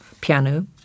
piano